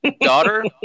Daughter